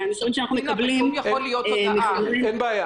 אתם לא יכולתם להגיד לנו עד תחילת הדיון מה הן אמות המידה,